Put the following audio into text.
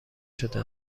شده